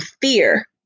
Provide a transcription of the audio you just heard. fear